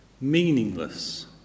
meaningless